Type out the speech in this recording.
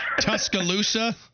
Tuscaloosa